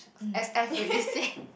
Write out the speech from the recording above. S_F already say